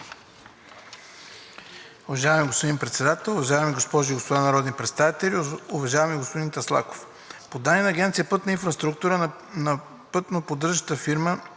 Уважаеми господин Председател, уважаеми госпожи и господа народни представители! Уважаеми господин Таслаков, по данни на Агенция „Пътна инфраструктура“ на пътноподдържащата фирма